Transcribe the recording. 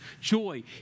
joy